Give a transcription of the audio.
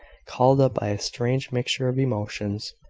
called up by a strange mixture of emotions,